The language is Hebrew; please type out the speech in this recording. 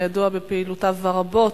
הידוע בפעילויותיו הרבות.